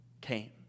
came